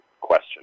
question